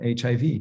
HIV